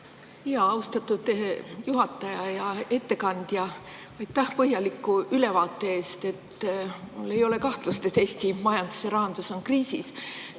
Austatud juhataja! Hea ettekandja, aitäh põhjaliku ülevaate eest! Mul ei ole kahtlust, et Eesti majandus ja rahandus on kriisis.